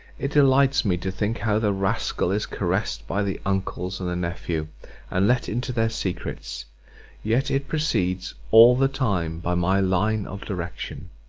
it delights me to think how the rascal is caressed by the uncles and nephew and let into their secrets yet it proceeds all the time by my line of direction.